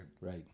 Right